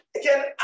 again